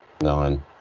nine